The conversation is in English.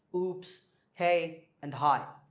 oops! hey! and hi!